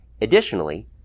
additionally